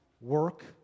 work